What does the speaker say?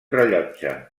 rellotge